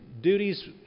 duties